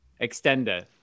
extender